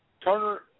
Turner